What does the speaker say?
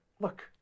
look